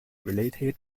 related